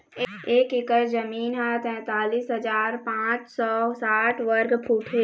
एक एकर जमीन ह तैंतालिस हजार पांच सौ साठ वर्ग फुट हे